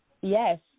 Yes